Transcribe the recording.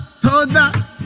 Toda